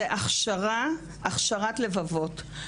זו הכשרת לבבות.